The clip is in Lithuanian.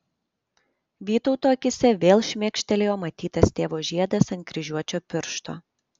vytauto akyse ir vėl šmėkštelėjo matytas tėvo žiedas ant kryžiuočio piršto